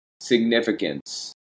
significance